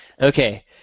Okay